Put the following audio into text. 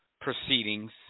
proceedings